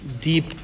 deep